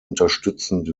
unterstützend